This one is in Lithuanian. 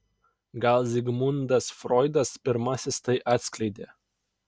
gal zigmundas froidas pirmasis tai atskleidė